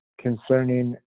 concerning